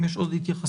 אם יש עוד התייחסות.